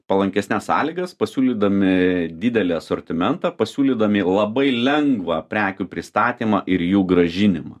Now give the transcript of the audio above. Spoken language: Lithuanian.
palankesnes sąlygas pasiūlydami didelį asortimentą pasiūlydami labai lengvą prekių pristatymą ir jų grąžinimą